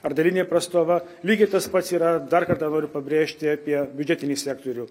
ar dalinė prastova lygiai tas pats yra dar kartą noriu pabrėžti apie biudžetinį sektorių